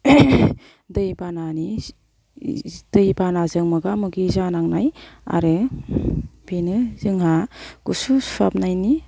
दै बानानि दै बानाजों मोगा मोगि जानांनाय आरो बेनो जोंहा गुसु सुहाबनायनि